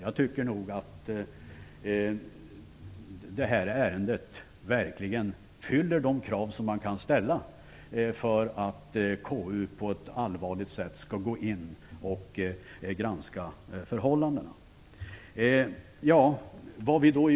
Jag tycker att det här ärendet verkligen fyller de krav som man kan ställa för att KU på ett allvarligt sätt skall gå in och granska förhållandena.